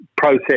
process